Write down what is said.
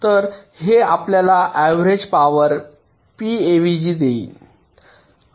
तर हे आपल्याला अव्हरेज पॉवर Pavg देईल